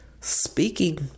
Speaking